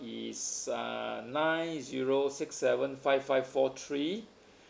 is uh nine zero six seven five five four three